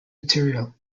material